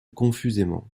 confusément